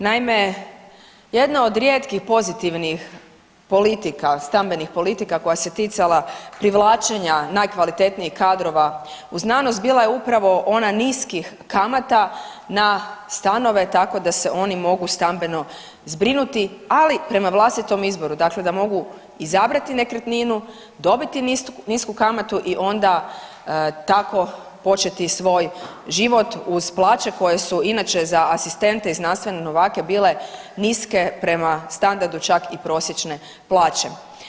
Naime, jedna od rijetkih pozitivnih politika, stambenihpolitika koja se ticala privlačenja najkvalitetnijih kadrova u znanost bila je upravo ona niskih kamata na stanove tako da se oni mogu stambeno zbrinuti, ali prema vlastitom izboru, dakle da mogu izabrati nekretninu, dobiti nisku kamatu i onda tako početi svoj život uz plaće koje su inače za asistente i znanstvene novake bile niske prema standardu čak i prosječne plaće.